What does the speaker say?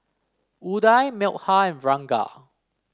Udai Milkha and Ranga